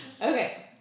Okay